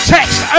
Text